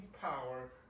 power